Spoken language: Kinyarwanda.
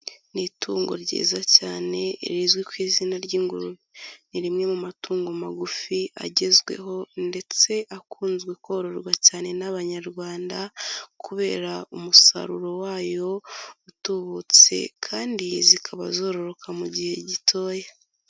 Ni itungo ryiza cyane rizwi ku izina ry'ingurube, ni rimwe mu matungo magufi agezweho ndetse akunzwe kororwa cyane n'abanyarwanda kubera umusaruro wayo utubutse, kandi zikaba zororoka mu gihe gitoya.